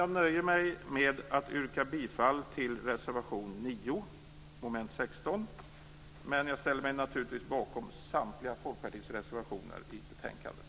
Jag nöjer mig med att yrka bifall till reservation 9 under mom. 16, men jag ställer mig naturligtvis bakom samtliga Folkpartiets reservationer i betänkandet.